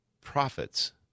profits